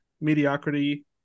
mediocrity